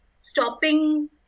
stopping